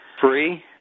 free